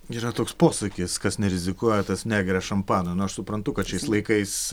yra toks posakis kas nerizikuoja tas negeria šampano nu aš suprantu kad šiais laikais